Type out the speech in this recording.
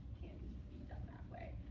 be done that way.